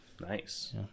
nice